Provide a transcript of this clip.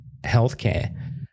healthcare